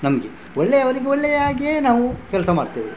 ನಮಗೆ ಒಳ್ಳೆಯವರಿಗೂ ಒಳ್ಳೆಯಾಗೇ ನಾವು ಕೆಲಸ ಮಾಡ್ತೇವೆ